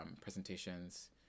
presentations